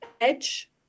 edge